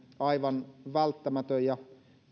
aivan välttämätön ja